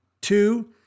two